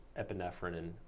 epinephrine